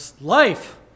life